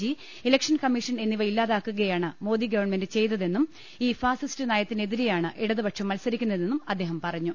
G election commission എന്നിവ ഇല്ലാതാക്കുകയാണ് Modi government ചെയ്തതെന്നും ഈ ഫാസിസ്റ്റ് നയത്തിനെതിരെയാണ് ഇടതുപക്ഷം മത്സരിക്കു ന്നതെന്നും അദ്ദേഹം പറഞ്ഞു